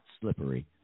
slippery